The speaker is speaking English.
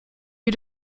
you